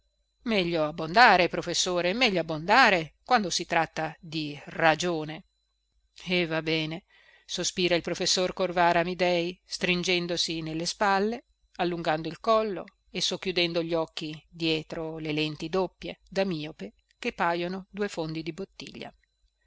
meglio abbondare professore meglio abbondare quando si tratta di ragione e va bene sospira il professor corvara amidei stringendosi nelle spalle allungando il collo e socchiudendo gli occhi dietro le lenti doppie da miope che pajono due fondi di bottiglia